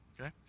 okay